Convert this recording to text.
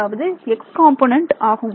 அதாவது x component ஆகும்